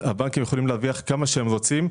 הבנקים יכולים להרוויח כמה שהם רוצים,